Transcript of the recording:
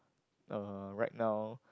uh right now